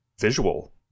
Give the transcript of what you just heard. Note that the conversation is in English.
visual